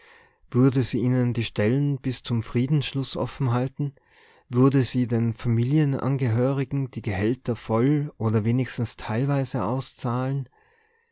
würde sie ihnen die stellen bis zum friedensschluß offenhalten würde sie den familienangehörigen die gehälter voll oder wenigstens teilweise auszahlen